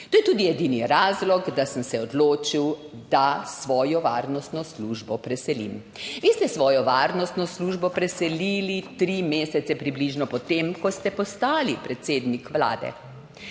To je tudi edini razlog, da sem se odločil, da svojo varnostno službo preselim.« Vi ste svojo varnostno službo preselili tri mesece, približno, po tem, ko ste postali predsednik Vlade.